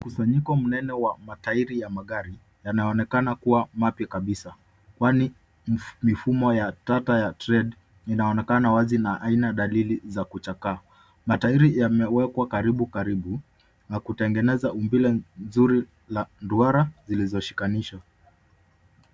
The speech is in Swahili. Mkusanyiko mnene wa matairi ya magari, yanaonekana kuwa mapya kabisa, kwani mifumo ya tata ya trade inaonekana wazi na haina dalili za kuchaka. Matairi yamewekwa karibu karibu, na kutengeneza umbile nzuri la duara zilizoshikwanishwa.